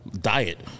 diet